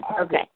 Okay